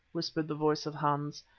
whispered the voice of hans,